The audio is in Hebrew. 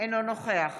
אינו נוכח